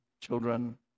children